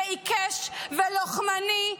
ועיקש ולוחמני,